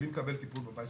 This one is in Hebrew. שרגילים לקבל טיפול בבית,